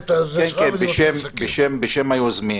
גם בשמי?